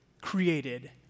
created